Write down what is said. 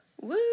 Woo